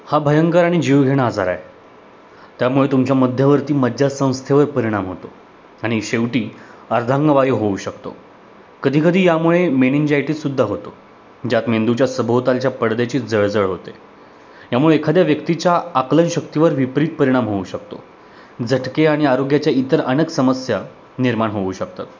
हा भयंकर आणि जीवघेणा आजार आहे त्यामुळे तुमच्या मध्यवर्ती मज्जासंस्थेवर परिणाम होतो आणि शेवटी अर्धांगवायू होऊ शकतो कधीकधी यामुळे मेनिन्जायटीससुद्धा होतो ज्यात मेंदूच्या सभोवतालच्या पडद्याची जळजळ होते यामुळे एखाद्या व्यक्तीच्या आकलनशक्तीवर विपरीत परिणाम होऊ शकतो झटके आणि आरोग्याच्या इतर अनेक समस्या निर्माण होऊ शकतात